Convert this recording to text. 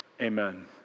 amen